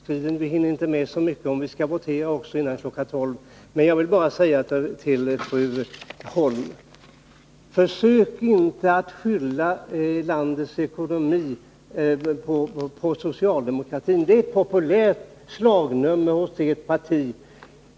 Herr talman! Tiden är så långt framskriden att vi inte hinner med så mycket om vi skall kunna votera också före kl. 24.00, men jag vill säga följande till fru Holm: Försök inte att skylla landets ekonomi på socialdemokratin. Det är ett populärt slagnummer hos ert parti.